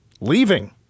leaving